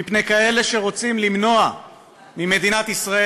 מפני כאלה שרוצים למנוע ממדינת ישראל